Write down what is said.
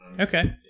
Okay